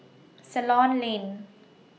Ceylon Lane